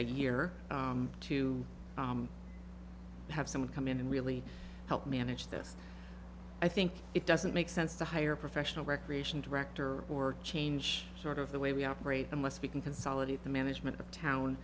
a year too have someone come in and really help manage this i think it doesn't make sense to hire a professional recreation director or change sort of the way we operate unless we can consolidate the management of town